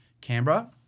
Canberra